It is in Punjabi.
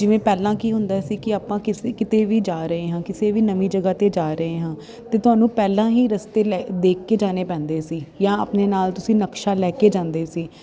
ਜਿਵੇਂ ਪਹਿਲਾਂ ਕੀ ਹੁੰਦਾ ਸੀ ਕਿ ਆਪਾਂ ਕਿਸ ਕਿਤੇ ਵੀ ਜਾ ਰਹੇ ਹਾਂ ਕਿਸੇ ਵੀ ਨਵੀਂ ਜਗ੍ਹਾ 'ਤੇ ਜਾ ਰਹੇ ਹਾਂ ਤਾਂ ਤੁਹਾਨੂੰ ਪਹਿਲਾਂ ਹੀ ਰਸਤੇ ਲ ਦੇਖ ਕੇ ਜਾਣੇ ਪੈਂਦੇ ਸੀ ਜਾਂ ਆਪਣੇ ਨਾਲ ਤੁਸੀਂ ਨਕਸ਼ਾ ਲੈ ਕੇ ਜਾਂਦੇ ਸੀ